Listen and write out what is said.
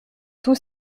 tous